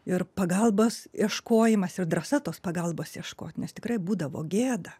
ir pagalbos ieškojimas ir drąsa tos pagalbos ieškot nes tikrai būdavo gėda